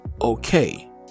okay